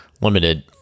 limited